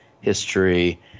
history